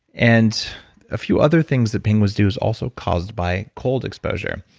and a few other things that penguins do is also caused by cold exposure.